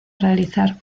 realizar